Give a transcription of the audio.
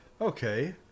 Okay